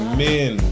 men